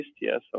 Yes